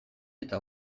eta